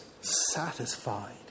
satisfied